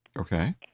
Okay